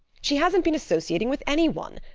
she hasn't been associating with any one.